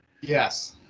yes